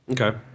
Okay